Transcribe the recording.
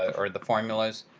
ah or the formulas.